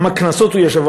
כמה כנסות הוא ישב,